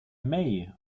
may